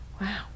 Wow